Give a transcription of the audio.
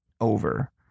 over